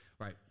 right